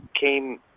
came